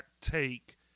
take